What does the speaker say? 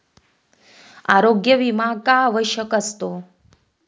आरोग्य विमा का आवश्यक असतो?